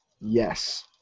Yes